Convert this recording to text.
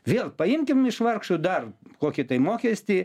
vėl paimkim iš vargšų dar kokį mokestį